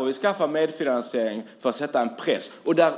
Vi skapade medfinansieringen just för att sätta en press i det avseendet.